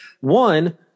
one